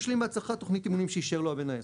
השלים בהצלחה תוכנית אימונים שאישר לו המנהל,